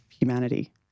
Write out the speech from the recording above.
humanity